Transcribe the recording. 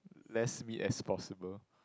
less meat as possible